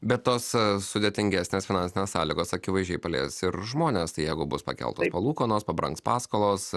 bet tos sudėtingesnės finansinės sąlygos akivaizdžiai palies ir žmones tai jeigu bus pakeltos palūkanos pabrangs paskolos